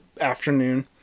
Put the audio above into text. afternoon